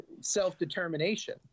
self-determination